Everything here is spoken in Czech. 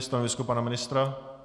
Stanovisko pana ministra?